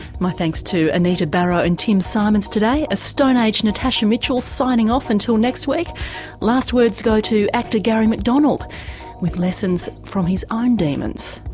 my thanks to anita barraud and tim symonds today, as stone age natasha mitchell is signing off until next week last words go to actor gary mcdonald with lessons from his own demons.